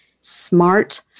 smart